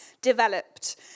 developed